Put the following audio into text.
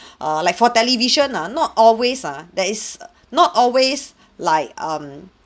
like for television ah not always ah that is not always like um